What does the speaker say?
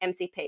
MCP